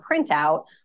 printout